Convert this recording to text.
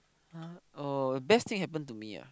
uh oh best thing happen to me ah